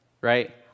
right